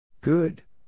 Good